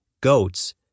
goats